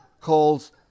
calls